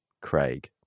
Craig